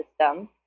system